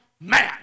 mad